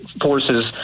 forces